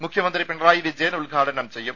മുഖ്യമന്ത്രി പിണറായി വിജയൻ ഉദ്ഘാടനം ചെയ്യും